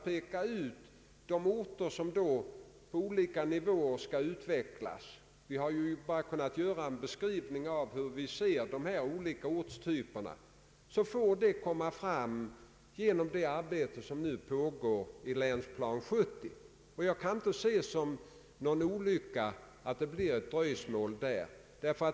Utpekandet av de orter som särskilt skall utvecklas — vi har bara kunnat göra en beskrivning av hur vi ser dessa olika ortstyper — får ske genom det arbete som nu pågår i Länsplan 1970. Jag kan inte se som någon olycka att det blir ett visst dröjsmål härvidlag.